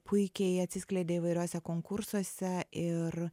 puikiai atsiskleidė įvairiose konkursuose ir